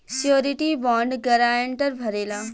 surety bond guarantor भरेला